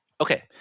Okay